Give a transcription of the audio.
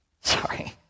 Sorry